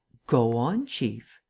go on, chief.